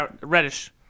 Reddish